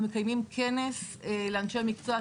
אנחנו מציינים כנס לאנשי מקצועי,